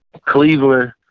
Cleveland